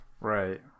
Right